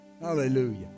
hallelujah